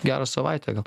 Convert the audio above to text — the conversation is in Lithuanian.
gerą savaitę gal